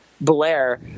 Blair